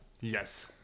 Yes